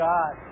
God